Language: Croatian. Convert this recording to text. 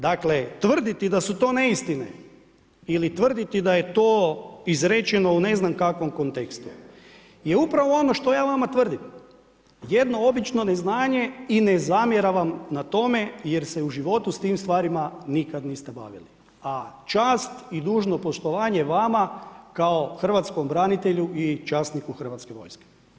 Dakle, tvrditi da su to neistine, ili tvrditi da je to izrečeno u ne znam kakvom kontekstu jer upravo ono što ja vama tvrdim, jedno obično neznanje i ne zamjeram vam na tome jer se u životu s tim stvarima nikad niste bavili a čast i dužno poštovanje vama kao hrvatskom branitelju i časniku Hrvatske vojske.